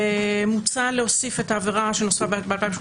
ומוצע להוסיף את העבירה שנוספה ב-2018